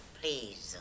please